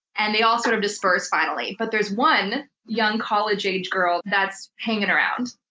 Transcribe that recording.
and they all sort of disperse, finally. but there's one young college-aged girl that's hanging around,